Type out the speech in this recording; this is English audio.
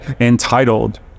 entitled